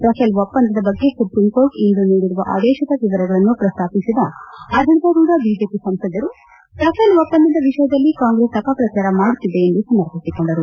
Rafale ಒಪ್ಪಂದದ ಬಗ್ಗೆ supreme court ಇಂದು ನೀಡಿರುವ ಆದೇಶದ ವಿವರಗಳನ್ನು ಪ್ರಸ್ತಾಪಿಸಿದ ಆಡಳಿತಾರೂಢ ಬಿಜೆಪಿ ಸಂಸದರು ರಫೇಲ್ ಒಪ್ಪಂದದ ವಿಷಯದಲ್ಲಿ ಕಾಂಗ್ರೆಸ್ ಅಪಪ್ರಚಾರ ಮಾಡುತ್ತಿದೆ ಎಂದು ಸಮರ್ಥಿಸಿಕೊಂಡರು